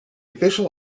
official